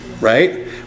right